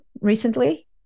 recently